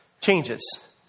changes